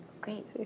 Great